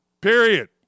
period